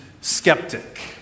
skeptic